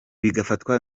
bigafatwa